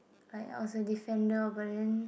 like I was a defender but then